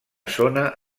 zona